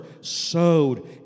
sowed